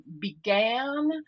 began